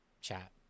chat